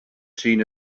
seen